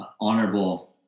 honorable